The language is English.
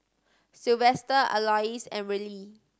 Sylvester Alois and Rillie